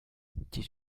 did